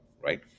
right